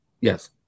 Yes